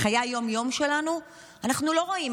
בחיי היום-יום שלנו אנחנו לא רואים.